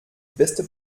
beste